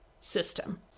system